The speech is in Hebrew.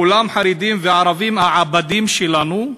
כולם חרדים, והערבים, העבדים שלנו,